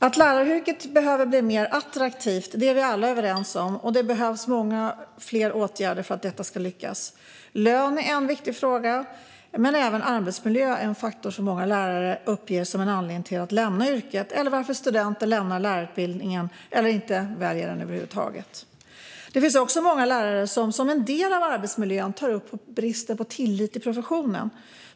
Att läraryrket behöver bli mer attraktivt är vi alla överens om, och det behövs många fler åtgärder för att detta ska lyckas. Lön är en viktig fråga, men även arbetsmiljö är en faktor som många lärare uppger som en anledning att lämna yrket. Det är även en anledning till att studenter lämnar lärarutbildningen eller över huvud taget inte väljer att gå den. Det finns även många lärare som tar upp bristen på tillit till professionen som en del av arbetsmiljön.